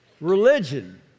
Religion